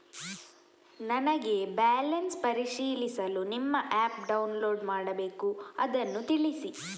ನನಗೆ ಬ್ಯಾಲೆನ್ಸ್ ಪರಿಶೀಲಿಸಲು ನಿಮ್ಮ ಆ್ಯಪ್ ಡೌನ್ಲೋಡ್ ಮಾಡಬೇಕು ಅದನ್ನು ತಿಳಿಸಿ?